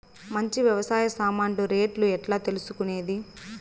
మంచి వ్యవసాయ సామాన్లు రేట్లు ఎట్లా తెలుసుకునేది?